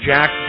Jack